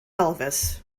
elvis